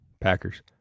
Packers